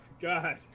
God